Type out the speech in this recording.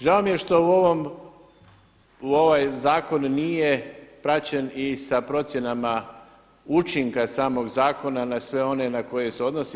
Žao mi je što u ovoj zakon nije praćen i sa procjenama učinka samog zakona na sve one na koje se odnosi.